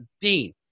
Dean